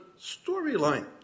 storyline